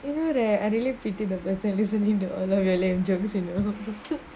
you know there I really pity the person listening to our lame jokes you know